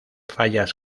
fallas